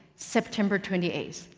september twenty eighth,